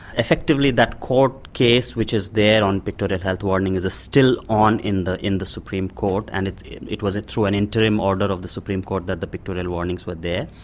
effectively that court case, which is there on pictorial health warnings, is still on in the in the supreme court, and it it was through an interim order of the supreme court that the pictorial warnings were there.